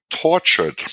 tortured